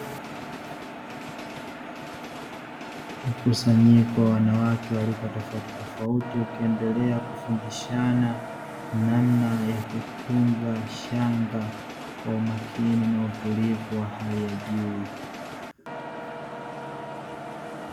Mkusanyiko wa wanawake wa rika tofauti tofauti, ukiendelea kufundishana namna ya kutunga shanga kwa umakini na utulivu wa hali ya juu.